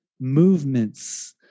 movements